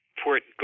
port